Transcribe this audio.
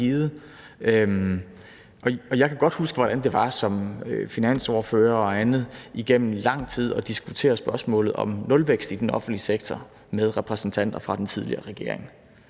jeg godt kan huske, hvordan det var som finansordfører og andet igennem lang tid at diskutere spørgsmålet om nulvækst i den offentlige sektor med repræsentanter fra den tidligere regering.